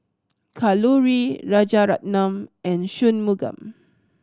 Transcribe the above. Kalluri Rajaratnam and Shunmugam